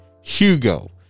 Hugo